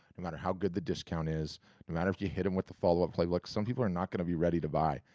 no matter how good the discount is, no matter if you hit him with the follow-up play, look, some people are not gonna be ready to buy,